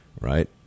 right